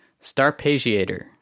Starpagiator